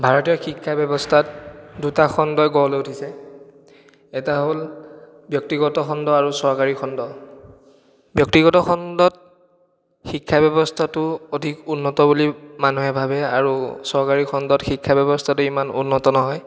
ভাৰতীয় শিক্ষা ব্যৱস্থাত দুটা খণ্ডই গঢ় লৈ উঠিছে এটা হ'ল ব্যক্তিগত খণ্ড আৰু চৰকাৰী খণ্ড ব্যক্তিগত খণ্ডত শিক্ষা ব্যৱস্থাটো অধিক উন্নত বুলি মানুহে ভাবে আৰু চৰকাৰী খণ্ডত শিক্ষা ব্যৱস্থাটো ইমান উন্নত নহয়